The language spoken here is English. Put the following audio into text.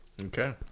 Okay